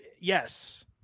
yes